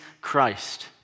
Christ